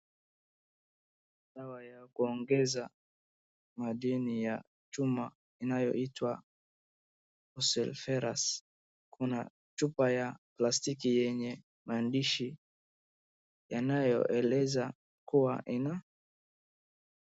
Dawa ya kuongeza madini ya chuma inayoitwa Ferrous. Kuna chupa ya plastiki yenye maandishi yanayoeleza kuwa ina.